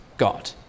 God